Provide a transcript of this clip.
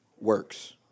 Works